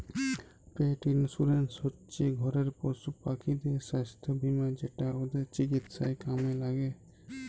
পেট insurance হচ্যে ঘরের পশুপাখিদের সাস্থ বীমা যেটা ওদের চিকিৎসায় কামে ল্যাগে